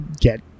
get